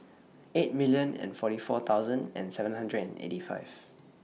eight million and forty four thousand and seven hundred eighty five